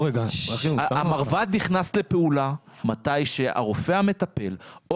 המרב"ד נכנס לפעולה כאשר הרופא המטפל או